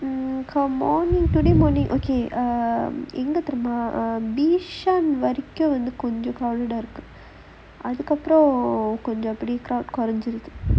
mmhmm for morning today morning okay um எங்க தெரியுமா:enga theriyumaa bishan வரைக்கும் வந்து கொஞ்சம்:varaikkum vanthu konjam crowd ah இருக்கு அதுக்கு அப்புறம் கொஞ்சம் அப்டி குறைஞ்சு இருக்கு:irukku athukku appuram konjam apdi kurainju irukku